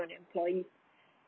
on your employee